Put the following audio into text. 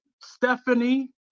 Stephanie